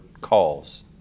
calls